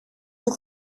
του